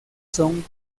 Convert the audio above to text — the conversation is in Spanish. son